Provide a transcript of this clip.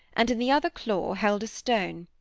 and in the other claw held a stone.